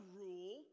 rule